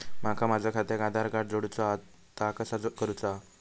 माका माझा खात्याक आधार कार्ड जोडूचा हा ता कसा करुचा हा?